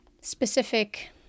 specific